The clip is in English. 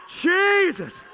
Jesus